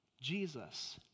Jesus